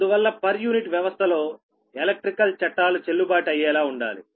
అందువల్ల per unit వ్యవస్థలో electrical చట్టాలు చెల్లుబాటు అయ్యేలా ఉండాలి